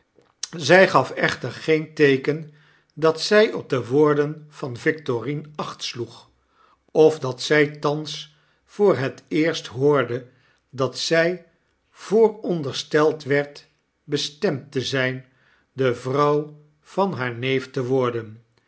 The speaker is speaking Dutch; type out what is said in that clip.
zy gaf echter geen teeken dat zy op de woorden van victorine acht sloeg of dat zy thans voor het eerst hoorde dat zy voorondersteld werd bestemd te zyn de vrouw van haar ne'ef te worden